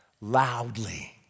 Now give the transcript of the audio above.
loudly